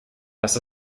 dass